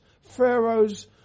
Pharaoh's